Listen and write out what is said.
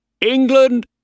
England